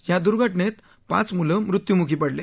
या दुर्घटनेत पाच मुलं मृत्यमूखी पडले